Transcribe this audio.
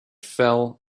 fell